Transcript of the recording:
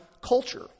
culture